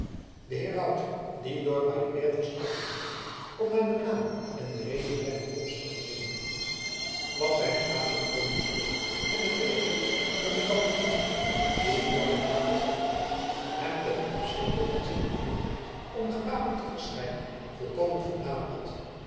de heraut die door paypaert was afgezonden om naar den naam en de reden zijner komst te vernemen kwam bij den wapenkoning terug met het bericht dat de kampioen die voor den grave optrad hem ten opzichte van zijne bevoegdheid om gewapend te verschijnen volkomen voldaan had